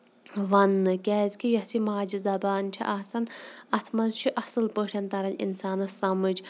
وَننہٕ کیازِ کہِ یۄس یہِ ماجہِ زَبان چھِ آسان اَتھ منٛز چھُ اَصٕل پٲٹھۍ تران اِنسانَس سَمجھ